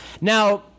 Now